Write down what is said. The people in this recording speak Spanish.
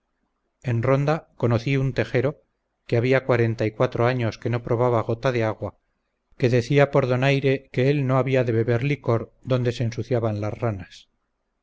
en ronda conocí un tejero que había cuarenta y cuatro años que no probaba gota de agua que decía por donaire que él no había de beber licor donde se ensuciaban las ranas